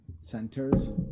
Centers